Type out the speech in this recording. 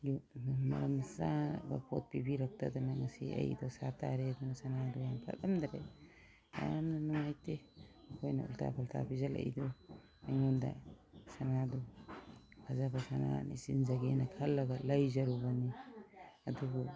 ꯑꯗꯨ ꯃꯔꯝ ꯆꯥꯕ ꯄꯣꯠ ꯄꯤꯕꯤꯔꯛꯇꯗꯅ ꯉꯁꯤ ꯑꯩ ꯗꯣꯁꯥ ꯇꯥꯔꯦ ꯑꯗꯨꯅ ꯁꯥꯅꯥꯗꯨ ꯌꯥꯝ ꯐꯠꯂꯝꯗꯔꯦ ꯌꯥꯝꯅ ꯅꯨꯡꯉꯥꯏꯇꯦ ꯃꯈꯣꯏꯅ ꯎꯜꯇꯥ ꯐꯨꯜꯇꯥ ꯄꯤꯖꯜꯂꯛꯏꯗꯨ ꯑꯩꯉꯣꯟꯗ ꯁꯅꯥꯗꯨ ꯐꯖꯕ ꯁꯅꯥ ꯑꯃ ꯆꯦꯟꯖꯒꯦꯅ ꯈꯜꯂꯒ ꯂꯩꯖꯔꯨꯕꯅꯤ ꯑꯗꯨꯕꯨ